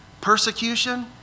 Persecution